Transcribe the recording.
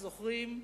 זוכרים.